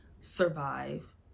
survive